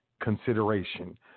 consideration